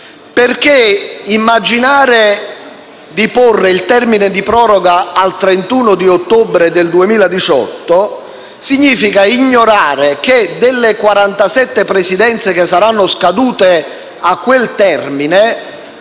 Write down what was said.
perché immaginare di porre il termine di proroga al 31 ottobre 2018 significa ignorare che non per tutte le 47 presidenze, che saranno scadute a quel termine,